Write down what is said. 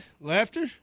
Laughter